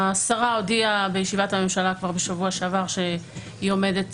השרה הודיעה בישיבת הממשלה כבר בשבוע שעבר שהיא עומדת